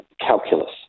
calculus